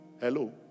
Hello